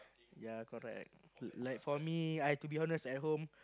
ya correct l~ like for me I've to be honest at home